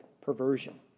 perversion